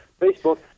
Facebook